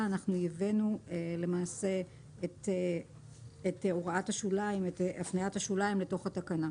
שילבנו את הפניית השוליים לגוף התקנה.